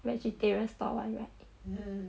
vegetarian style [one] right